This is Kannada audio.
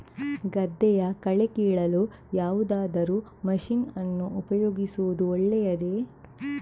ಗದ್ದೆಯ ಕಳೆ ಕೀಳಲು ಯಾವುದಾದರೂ ಮಷೀನ್ ಅನ್ನು ಉಪಯೋಗಿಸುವುದು ಒಳ್ಳೆಯದೇ?